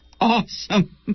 awesome